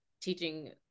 teaching